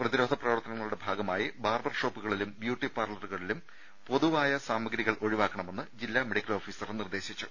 പ്രതിരോധ പ്രവർത്തനങ്ങളുടെ ഭാഗമായി ബാർബർ ഷോപ്പുകളിലും ബ്യൂട്ടിപാർലറുകളിലും പൊതുവായി സാമ ഗ്രികൾ ഒഴിവാക്കണമെന്ന് ജില്ലാ മെഡിക്കൽ ഓഫീസർ നിർദ്ദേശിച്ചു